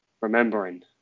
remembering